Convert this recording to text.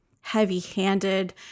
heavy-handed